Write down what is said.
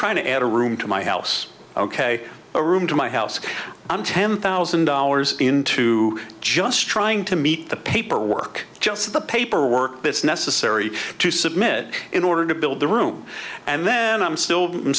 trying to add a room to my house ok a room to my house i'm ten thousand dollars into just trying to meet the paperwork just the paperwork that's necessary to submit in order to build the room and then i'm still i'm